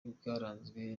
bwaranzwe